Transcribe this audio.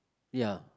ya